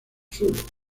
suelo